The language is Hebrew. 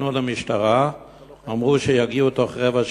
כשפנו למשטרה אמרו שיגיעו בתוך רבע שעה.